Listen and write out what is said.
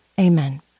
Amen